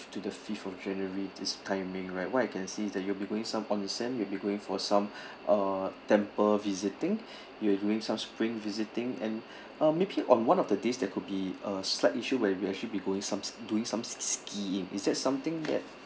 to the fifth of january this timing right what I can see that you'll be going some onsen you'll be going for some uh temple visiting you'll be doing some spring visiting and uh maybe on one of the days there could be a slight issue where we actually be going some doing some skiing is that something that